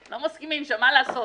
לא מסכימים שם, מה לעשות.